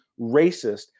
racist